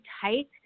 tight